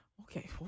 Okay